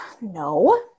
No